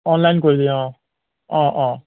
online কৰিলি অঁ অঁ অঁ